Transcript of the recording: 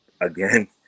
again